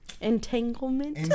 Entanglement